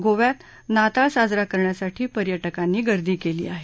गोव्यात नाताळ साजरा करण्यासाठी पर्यटकांनी गर्दी केली आहे